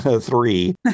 three